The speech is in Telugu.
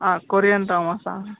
కొరియన్ డ్రామాస్ ఆ